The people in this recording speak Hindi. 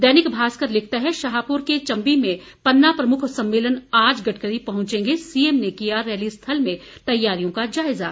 दैनिक भास्कर लिखता है शाहपुर के चंबी में पन्ना प्रमुख सम्मेलन आज गडकरी पहुंचेंगे सीएम ने लिया रैली स्थल में तैयारियों का जायजा